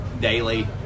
daily